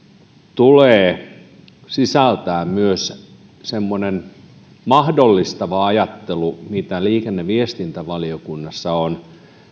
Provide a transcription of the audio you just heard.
tulee sisältää myös semmoinen mahdollistava ajattelu mitä liikenne ja viestintävaliokunnassa on